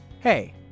Hey